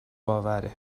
باوره